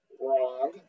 Wrong